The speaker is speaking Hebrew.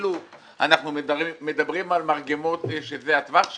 אנחנו מדברים על מרגמות שזה הטווח שלהן?